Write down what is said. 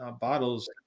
bottles